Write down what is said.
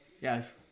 yes